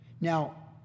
Now